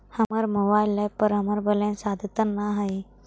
हमर mobile app पर हमर बैलेंस अद्यतन ना हई